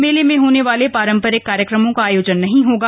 मेले में होने वाले पारंपरिक कार्यक्रमों का अयोजन नहीं होगा